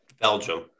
Belgium